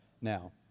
now